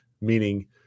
meaning